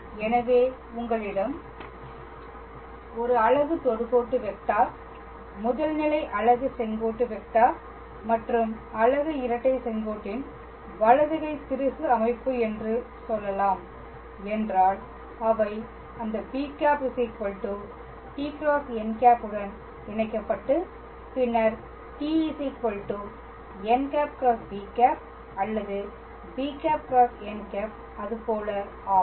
எனவே உங்களிடம் ஒரு அலகு தொடுகோட்டு வெக்டார் முதல் நிலை அலகு செங்கோட்டு வெக்டார் மற்றும் அலகு இரட்டை செங்கோட்டின் வலது கை திருகு அமைப்பு என்று சொல்லலாம் என்றால் அவை அந்த b̂ t × n̂ உடன் இணைக்கப்பட்டு பின்னர் t n̂ × b̂ அல்லது b̂ × n̂ அது போல ஆகும்